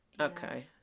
okay